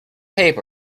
paper